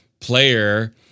player